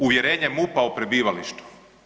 Uvjerenje MUP-a o prebivalištu.